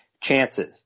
chances